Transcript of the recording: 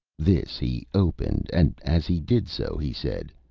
this he opened, and as he did so he said,